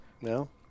no